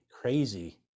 crazy